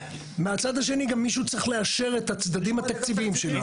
מהצד השני גם מישהו צריך לאשר את הצדדים התקציביים שלה.